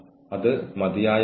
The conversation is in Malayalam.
നിങ്ങളുടെ ശബ്ദം ഉയർത്തുന്നു